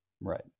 Right